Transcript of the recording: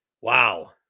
Wow